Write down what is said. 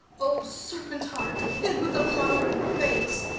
o serpent heart, hid with a flow'ring face!